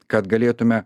kad galėtume